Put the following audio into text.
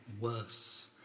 worse